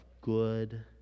good